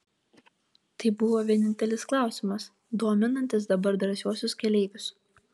tai buvo vienintelis klausimas dominantis dabar drąsiuosius keleivius